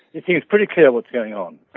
it seems pretty clear what's going on.